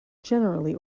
generally